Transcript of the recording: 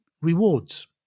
rewards